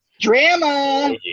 Drama